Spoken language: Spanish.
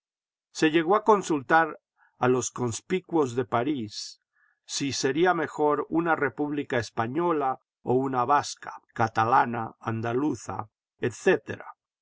se llegó a consultar a los conspicuos de parís si sería mejor una república española o una vasca catalana andaluza